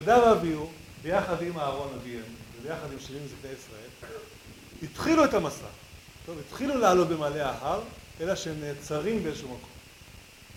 נדב ואביהו, ביחד עם אהרון אביהם, וביחד עם 70 זקני ישראל, התחילו את המסע. טוב, התחילו לעלות במעלה ההר, אלא שהם נעצרים באיזשהו מקום.